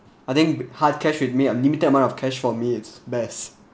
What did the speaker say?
I think hard cash with me a limited amount of cash for me is best